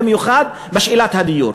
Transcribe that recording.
במיוחד בשאלת הדיור,